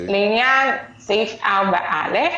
לעניין סעיף 4(א)